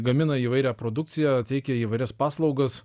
gamina įvairią produkciją teikia įvairias paslaugas